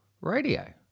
Radio